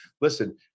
Listen